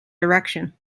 direction